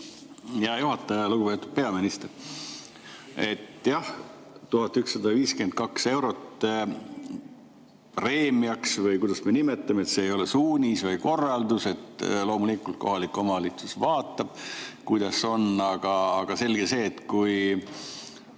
Hea juhataja! Lugupeetud peaminister! Jah, 1152 eurot preemiaks või kuidas me seda nimetame, see ei ole suunis või korraldus, loomulikult kohalik omavalitsus vaatab, kuidas on. Aga selge on see, et kui